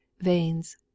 veins